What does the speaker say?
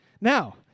Now